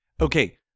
Okay